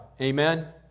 Amen